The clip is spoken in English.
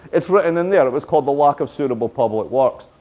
it's written in there it was called the lack of suitable public works.